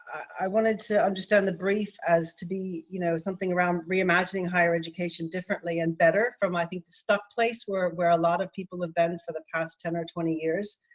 i wanted to understand the brief as to be. you know something around reimagining higher education differently and better from i think the stuck place where where a lot of people have been for the past ten or twenty years.